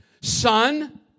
Son